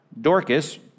Dorcas